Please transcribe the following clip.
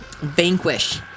Vanquish